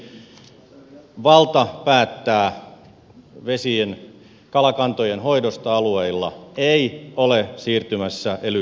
ensinnäkin valta päättää vesien kalakantojen hoidosta alueilla ei ole siirtymässä ely keskuksille